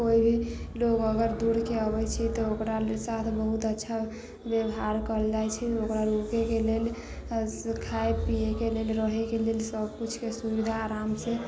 कोइ भी लोक अगर दूरके अबैत छै तऽ ओकराके साथ बहुत अच्छा व्यवहार कयल जाइत छै ओकरा रूकयके लेल खाय पीयैके लेल रहैके लेल सभकिछुके सुविधा आरामसँ